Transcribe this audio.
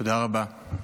תודה רבה,